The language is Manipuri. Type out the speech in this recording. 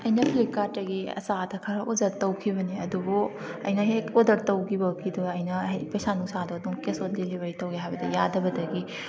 ꯑꯩꯅ ꯐꯂꯤꯞꯀꯥꯔꯠꯇꯒꯤ ꯑꯆꯥ ꯑꯊꯛ ꯈꯔ ꯑꯣꯗꯔ ꯇꯧꯈꯤꯕꯅꯤ ꯑꯗꯨꯕꯨ ꯑꯩꯅ ꯍꯦꯛ ꯑꯣꯗꯔ ꯇꯧꯈꯤꯕꯒꯤ ꯑꯗꯨꯃꯥꯏꯅ ꯍꯥꯏꯗꯤ ꯄꯩꯁꯥ ꯅꯨꯡꯁꯥꯗꯣ ꯑꯗꯨꯝ ꯀꯦꯁ ꯑꯣꯟ ꯗꯦꯂꯤꯕꯔꯤ ꯇꯧꯒꯦ ꯍꯥꯏꯕꯗ ꯌꯥꯗꯕꯗꯒꯤ